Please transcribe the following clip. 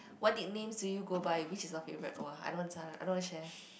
what nicknames do you go by which is your favorite !wah! I don't want answer I don't want to share